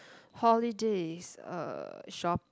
holidays uh shop~